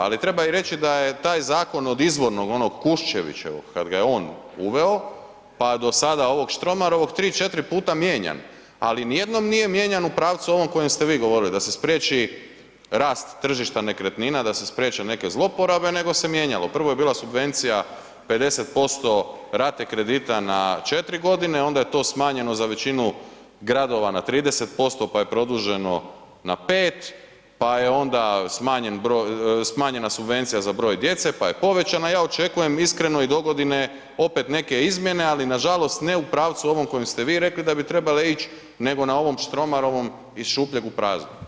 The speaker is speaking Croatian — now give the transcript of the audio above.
Ali, treba i reći da je taj zakon od izvornog onog Kuščevićevog, kad ga je on uveo pa do sada ovog Štromarovom, 3, 4 puta mijenjan, ali nijednom nije mijenjan u pravcu ovom kojem ste vi govorili, da se spriječi rast tržišta nekretnina, da se spriječe neke zlouporabe, nego se mijenjalo, prvo je bila subvencija 50% rate kredita na 4 godine, onda je to smanjeno za većinu gradova na 30% pa je produženo na 5, pa je onda smanjena subvencija za broj djece, pa je povećana, ja očekujem iskreno i dogodine, opet neke izmjene, ali nažalost ne u pravcu ovom kojem ste vi rekli da bi trebale ić nego na ovom Štromarovom iz šupljeg u prazno.